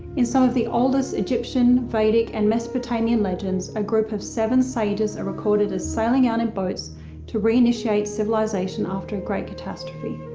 in some of the oldest egyptian, vedic, and mesopotamian legends, a group of seven sages are recorded as sailing out in boats to reinitiate civilization after a great catastrophe.